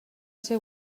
ser